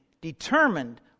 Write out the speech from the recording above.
determined